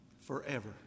Forever